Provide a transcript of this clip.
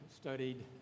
studied